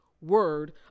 word